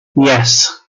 yes